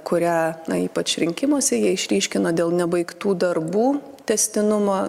kurią ypač rinkimuose jie išryškino dėl nebaigtų darbų tęstinumo